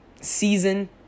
season